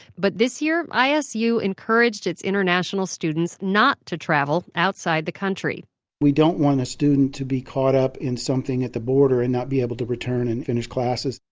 but this year, isu encouraged its international students not to travel outside the country we don't want a student to be caught up in something at the border and not be able to return and finish classes,